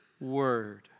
word